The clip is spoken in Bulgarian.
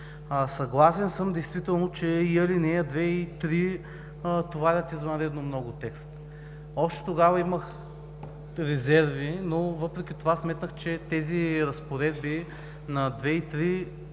Съгласен съм действително, че ал. 2 и 3 товарят извънредно много текста. Още тогава имах резерви, но въпреки това сметнах, че тези разпоредби на ал. 2 и 3 са